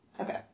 Okay